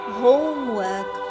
homework